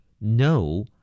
No